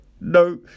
No